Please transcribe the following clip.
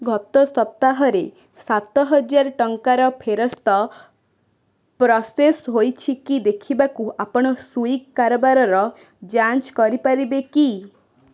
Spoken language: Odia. ଗତ ସପ୍ତାହରେ ସାତହଜାର ଟଙ୍କାର ଫେରସ୍ତ ପ୍ରସେସ ହେଇଛି କି ଦେଖିବାକୁ ଆପଣ ସ୍ଵିଗି କାରବାର ଯାଞ୍ଚ କରିପାରିବେ କି